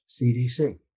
CDC